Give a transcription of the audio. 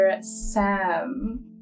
Sam